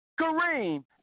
Kareem